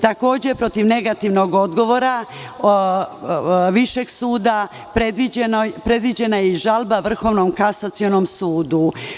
Takođe, protiv negativnog odgovora višeg suda, predviđena je žalba Vrhovnom kasacionom sudu.